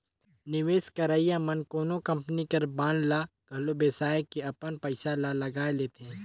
निवेस करइया मन कोनो कंपनी कर बांड ल घलो बेसाए के अपन पइसा ल लगाए लेथे